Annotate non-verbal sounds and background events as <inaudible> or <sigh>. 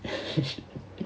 <laughs>